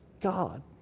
God